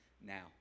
now